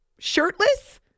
shirtless